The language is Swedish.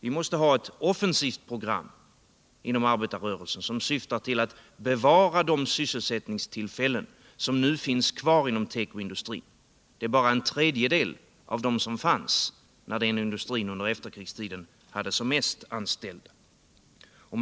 Vi måste ha ett offensivt program inom arbetarrörelsen som syftar till att bevara de sysselsättningsullfällen som nu finns kvar inom tekoindustrin — det är bara en tredjedel av dem som fanns när den industrin under efterkrigstiden hade som flest anställda.